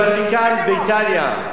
בוותיקן באיטליה,